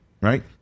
Right